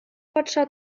патша